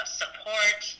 support